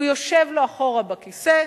הוא יושב אחורה בכיסא.